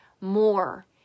more